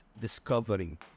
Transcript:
discovering